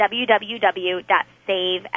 www.save